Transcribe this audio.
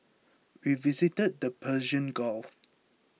we visited the Persian Gulf